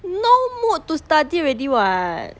no mood to study already [what]